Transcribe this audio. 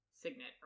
signet